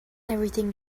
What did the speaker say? everything